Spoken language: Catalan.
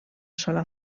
sola